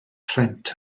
rhent